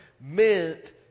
meant